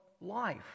life